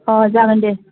अ जागोन दे